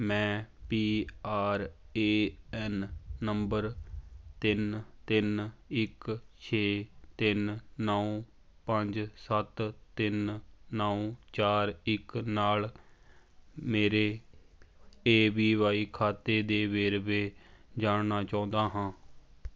ਮੈਂ P R A N number ਤਿੰਨ ਤਿੰਨ ਇੱਕ ਛੇ ਤਿੰਨ ਨੌ ਪੰਜ ਸੱਤ ਤਿੰਨ ਨੌ ਚਾਰ ਇੱਕ ਨਾਲ ਮੇਰੇ ਏ ਵੀ ਵਾਈ ਖਾਤੇ ਦੇ ਵੇਰਵੇ ਜਾਣਨਾ ਚਾਹੁੰਦਾ ਹਾਂ